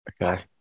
Okay